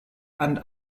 and